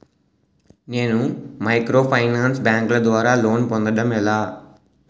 నేను మైక్రోఫైనాన్స్ బ్యాంకుల ద్వారా లోన్ పొందడం ఎలా?